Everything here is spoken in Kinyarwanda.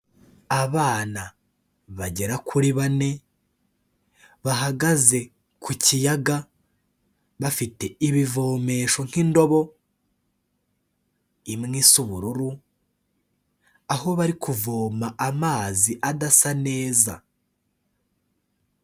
Abana bagera kuri bane, bahagaze ku kiyaga, bafite ibivomesho nk'indobo imwe isa ubururu, aho bari kuvoma amazi adasa neza.